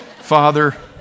Father